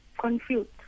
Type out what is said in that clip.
confused